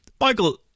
Michael